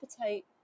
appetite